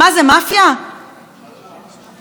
עכשיו,